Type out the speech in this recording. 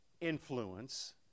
influence